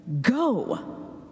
go